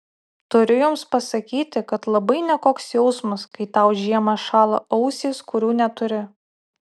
turiu jums pasakyti kad labai nekoks jausmas kai tau žiemą šąla ausys kurių neturi